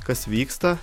kas vyksta